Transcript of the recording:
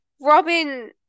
Robin